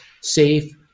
safe